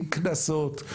עם קנסות,